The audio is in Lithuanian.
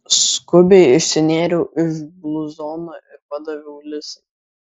skubiai išsinėriau iš bluzono ir padaviau lisai